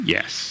Yes